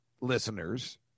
listeners